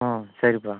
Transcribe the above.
ம் சரிப்பா